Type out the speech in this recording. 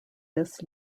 this